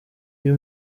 iyo